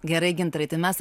gerai gintarai tai mes